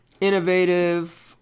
innovative